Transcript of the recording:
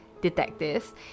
detectives